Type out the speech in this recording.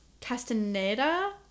Castaneda